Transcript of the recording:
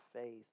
faith